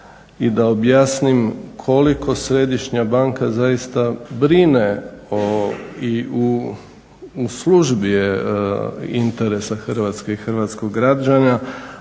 i da objasnim koliko središnja banka zaista brine i u službi je interesa Hrvatske i hrvatskog građana,